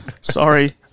Sorry